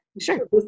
Sure